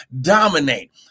dominate